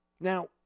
Now